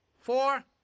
four